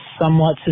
somewhat